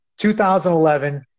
2011